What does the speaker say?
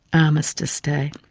armistice day.